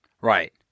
Right